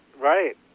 Right